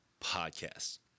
podcast